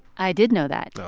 i did know that oh.